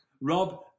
Rob